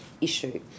issue